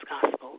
Gospel